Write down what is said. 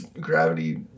Gravity